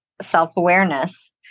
self-awareness